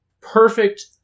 perfect